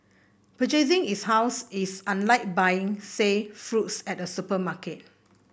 purchasing is house is unlike buying say fruits at a supermarket